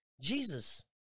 Jesus